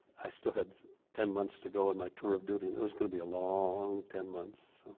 i still had ten months to go on my tour of duty and it was gonna be a long ten months.